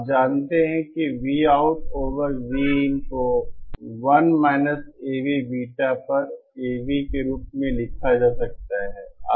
आप जानते हैं कि Vout ओवर Vin को 1 AVBeta पर AV के रूप में भी लिखा जा सकता है